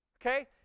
okay